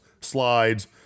Slides